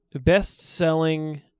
best-selling